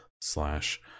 slash